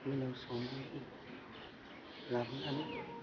मिलाव सौनानै लाबोनानै